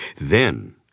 Then